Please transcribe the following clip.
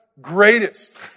greatest